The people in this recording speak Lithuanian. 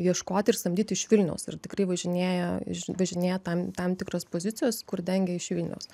ieškot ir samdyt iš vilniaus ir tikrai važinėja iš važinėja tam tam tikros pozicijos kur dengia iš vilniaus